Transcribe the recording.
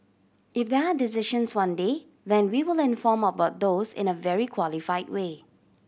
if there are decisions one day then we will inform about those in a very qualified way